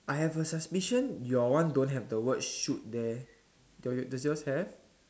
I have a suspicion your one don't have the shoot there do your does yours have